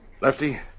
Lefty